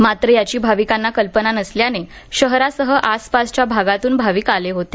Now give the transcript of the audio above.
मात्र याची भाविकांना कल्पना नसल्याने शहरासह आसपासच्या भागांतून भाविक आले होते